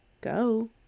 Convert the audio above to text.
Go